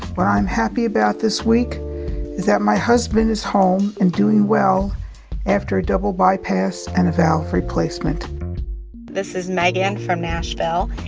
i'm happy about this week is that my husband is home and doing well after a double bypass and a valve replacement this is megan from nashville,